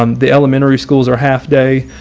um the elementary schools are half day,